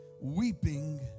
weeping